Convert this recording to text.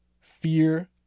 fear